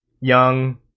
young